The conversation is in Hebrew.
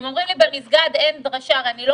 אם אומרים לי במסגד אין הדבקה ואני לא